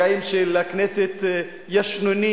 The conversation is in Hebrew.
השליח או לגוף השליח במקום להתייחס לגוף